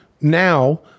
now